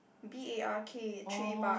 B A R K tree bark